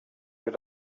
rid